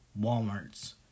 Walmarts